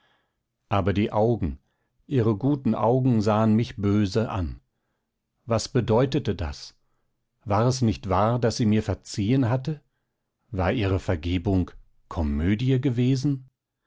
aber die augen ihre guten augen sahen mich böse an was bedeutete das war es nicht wahr daß sie mir verziehen hatte war ihre vergebung komödie gewesen